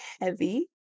heavy